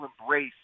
embrace